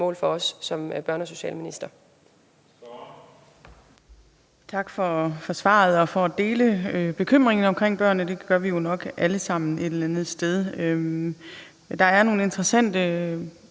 mål for som børne- og socialminister.